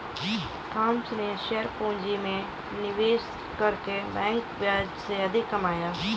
Thomas ने share पूंजी में निवेश करके बैंक ब्याज से अधिक कमाया